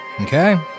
Okay